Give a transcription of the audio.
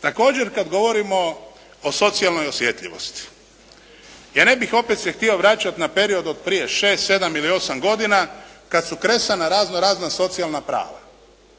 također kad govorimo o socijalnoj osjetljivosti. Ja ne bih opet se htio vraćati na period od prije 6, 7 ili 8 godina kad su kresana razno razna socijalna prava.